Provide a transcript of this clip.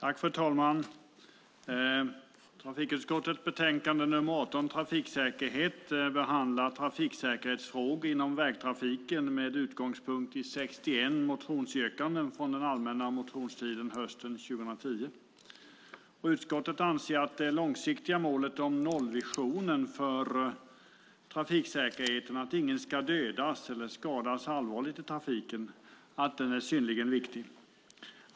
Herr talman! Trafikutskottets betänkande nr 18 Trafiksäkerhet behandlar trafiksäkerhetsfrågor inom vägtrafiken med utgångspunkt i 61 motionsyrkanden från den allmänna motionstiden hösten 2010. Utskottet anser att det långsiktiga målet om nollvisionen för trafiksäkerheten att ingen ska dödas eller skadas allvarligt i trafiken är synnerligen viktig.